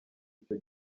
icyo